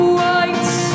white